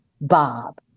Bob